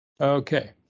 Okay